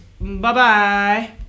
Bye-bye